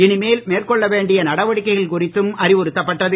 இனிமேல் மேற்கொள்ள வேண்டிய நடவடிக்கைகள் குறித்தும் அறிவுறுத்தப்பட்டது